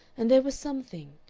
and there was something,